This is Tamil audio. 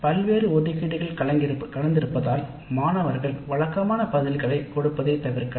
பல்வேறு ஒதுக்கீடுகள் கலந்திருப்பதால் மாணவர்களுக்கு சரியான பதில்களை கொடுப்பதில் சிரமம் உருவாகலாம்